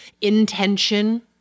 intention